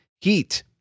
heat